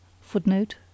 Footnote